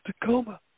Tacoma